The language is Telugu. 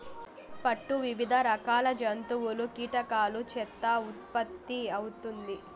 పట్టు వివిధ రకాల జంతువులు, కీటకాల చేత ఉత్పత్తి అవుతుంది